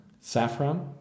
Saffron